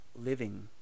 living